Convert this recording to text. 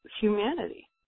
humanity